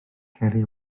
ceri